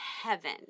heaven